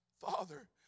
father